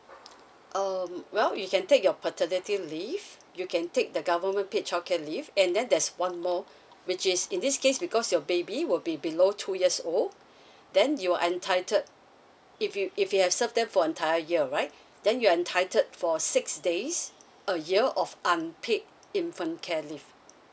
um well you can take your paternity leave you can take the government paid childcare leave and then there's one more which is in this case because your baby will be below two years old then you are entitled if you if you have served them for the entire year right then you entitled for six days a year of unpaid infant care leave